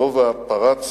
לובה פרץ